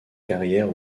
carrière